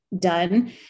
done